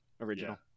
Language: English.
original